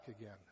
again